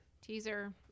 Teaser